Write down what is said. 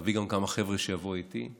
להביא גם כמה חבר'ה שיבואו איתי,